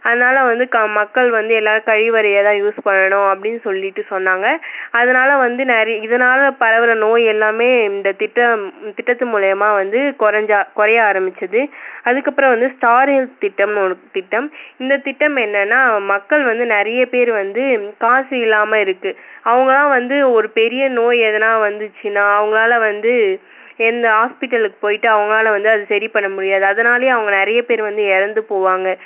அதனால் வந்து க மக்கள் வந்து எல்லாக் கழிவறையை தான் யூஸ் பண்ணணும் அப்படின்னு சொல்லிவிட்டு சொன்னாங்க அதனால் வந்து நிறை இதனால பரவுற நோய் எல்லாமே இந்த திட்டம் திட்டத்து மூலியமாக வந்து குறஞ்சா குறைய ஆரமிச்சது அதற்கப்பறம் வந்து ஸ்டார் ஹெல்த் திட்டம்னு ஒரு திட்டம் இந்த திட்டம் என்னென்னா மக்கள் வந்து நிறையப் பேர் வந்து காசு இல்லாமல் இருக்கு அவங்களாம் வந்து ஒரு பெரிய நோய் எதனா வந்துச்சுன்னா அவங்களால வந்து எந்த ஹாஸ்பிட்டலுக்கு போயிவிட்டு அவங்களால வந்து அதை சரி பண்ண முடியாது அதனாலேயே அவங்க நிறையப் பேர் வந்து இறந்து போவாங்க